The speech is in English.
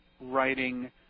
writing